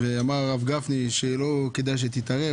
אמר הרב גפני שלא כדאי שתתערב,